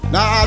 Now